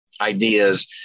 ideas